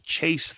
chase